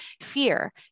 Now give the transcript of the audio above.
fear